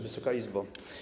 Wysoka Izbo!